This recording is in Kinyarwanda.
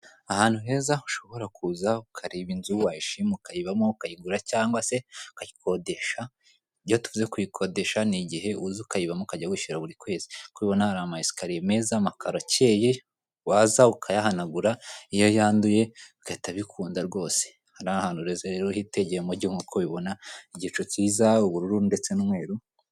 Ahantu heza ushobora kuza ukareba inzu wayishima ukayibamo ukayigura cyangwa se ukayikodesha, iyo tuvuze kuyikodesha ni igihe uza ukayibavamo ukajya wishyura buri kwezi, nk'uko ubibona hara amayesakariye meza amakaro akeye waza ukayahanagura iyo yanduye bigahita bikunda rwose, aha ni ahantu heza rero hitegeye umujyi nk'uko ubibona igicu kiza ubururu ndetse n'umweruru.